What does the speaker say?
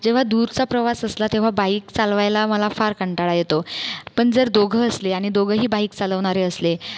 जेव्हा दूरचा प्रवास असला तेव्हा बाईक चालवायला मला फार कंटाळा येतो पण जर दोघं असल्याने आणि दोघेही बाईक चालवणारे असले